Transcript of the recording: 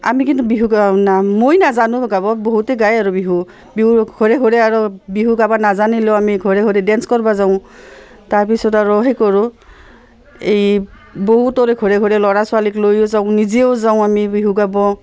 আমি কিন্তু বিহু মই নাজানো গাব বহুতেই গায় আৰু বিহু বিহু ঘৰে ঘৰে আৰু বিহু গাব নাজানিলেও আমি ঘৰে ঘৰে ডেন্স কৰিব যাওঁ তাৰপিছত আৰু সেই কৰোঁ এই বহুতৰে ঘৰে ঘৰে ল'ৰা ছোৱালীক লৈও যাওঁ নিজেও যাওঁ আমি বিহু গাব